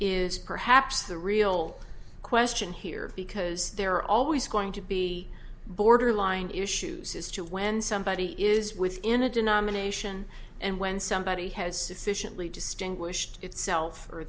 is perhaps the real question here because there are always going to be borderline issues as to when somebody is within a denomination and when somebody has sufficiently distinguished itself or